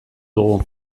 dugu